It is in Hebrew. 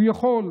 הוא יכול.